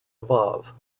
above